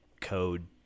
code